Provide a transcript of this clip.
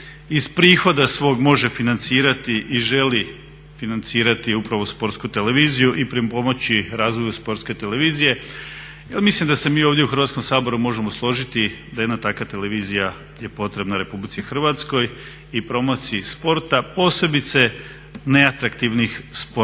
iz prihoda svog može financirati i želi financirati upravo Sportsku televiziju i pripomoći razvoju Sportske televizije jer mislim da se mi ovdje u Hrvatskom saboru možemo složiti da jedna takva televizija je potrebna Republici Hrvatskoj i promociji sporta, posebice neatraktivnih sportova.